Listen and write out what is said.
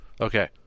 okay